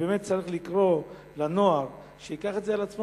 צריך לקרוא לנוער שייקח את זה על עצמו